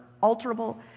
alterable